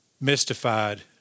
mystified